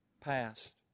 past